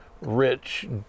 rich